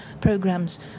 programs